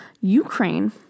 ukraine